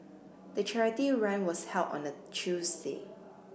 the charity run was held on a Tuesday